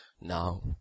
Now